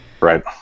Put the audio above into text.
Right